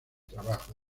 trabajo